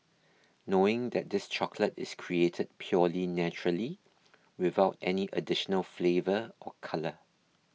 knowing that this chocolate is created purely naturally without any additional flavour or colour